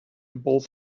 both